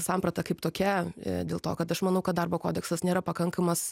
samprata kaip tokia dėl to kad aš manau kad darbo kodeksas nėra pakankamas